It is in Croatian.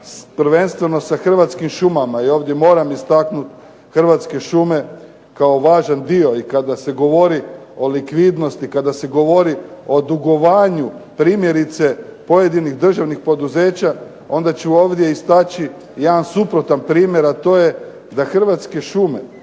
prvenstveno sa Hrvatskim šumama i ovdje moram istaknuti Hrvatske šume kao važan dio. I kada se govori o likvidnosti, kada se govori o dugovanju, primjerice pojedinih državnih poduzeća, onda ću ovdje istaći jedan suprotan primjer, a to je da Hrvatske šume